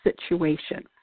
situation